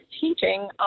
teaching